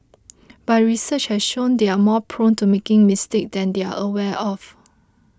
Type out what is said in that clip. but research has shown they are more prone to making mistakes than they are aware of